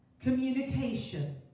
communication